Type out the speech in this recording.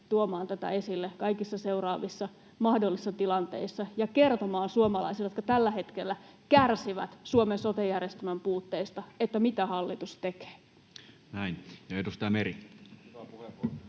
tuomaan tätä esille kaikissa seuraavissa mahdollisissa tilanteissa ja kertomaan suomalaisille, jotka tällä hetkellä kärsivät Suomen sote-järjestelmän puutteista, mitä hallitus tekee. [Speech